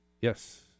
Yes